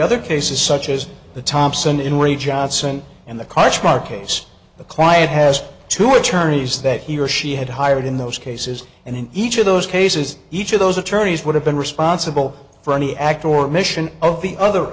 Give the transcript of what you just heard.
other cases such as the thompson in ray johnson and the car smart case the client has two attorneys that he or she had hired in those cases and in each of those cases each of those attorneys would have been responsible for any act or mission of the other